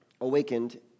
awakened